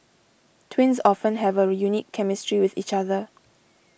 twins often have a unique chemistry with each other